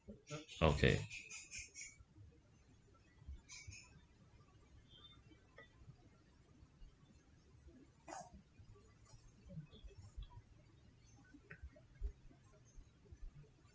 okay